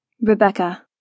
Rebecca